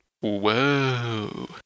Whoa